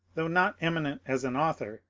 though not eminent as an author,